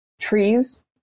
Trees